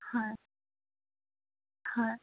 হয় হয়